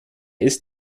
ist